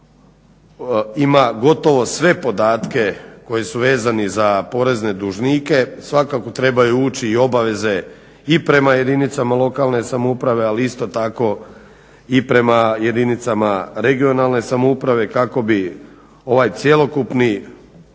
ima gotovo sve podatke koji su vezani za porezne dužnike, svakako trebaju ući i obaveze i prema jedinicama lokalne samouprave, ali isto tako i prema jedinicama regionalne samouprave kako bi ovaj cjelokupni